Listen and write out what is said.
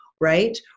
right